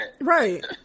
Right